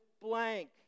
blank